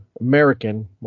American